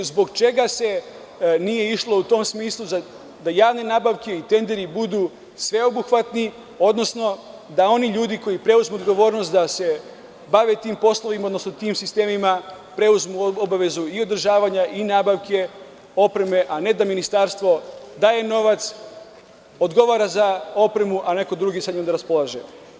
Zbog čega se nije išlo u tom smislu da javne nabavke i tenderi budu sveobuhvatni, odnosno da oni ljudi koji preuzmu odgovornost da se bave tim poslovima, odnosno tim sistemima preuzmu obavezu i održavanja i nabavke opreme, a ne da Ministarstvo daje novac, odgovara za opremu, a neko drugi sa njim da raspolaže.